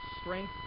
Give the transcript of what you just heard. strength